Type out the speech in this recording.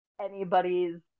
anybody's